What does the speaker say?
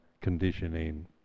conditioning